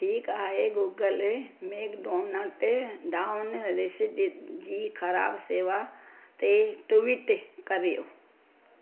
ठीकु आहे Google McDonald down Reseda जी ख़राबु सेवा ते ट्विट करियो